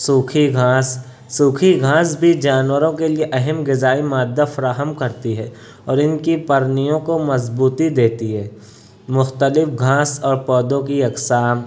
سوکھی گھاس سوکھی گھاس بھی جانوروں کے لیے اہم غذائی مادہ فراہم کرتی ہے اور ان کی پرنیوں کو مضبوطی دیتی ہے مختلف گھاس اور پودوں کی اقسام